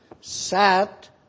sat